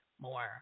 more